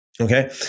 okay